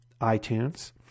iTunes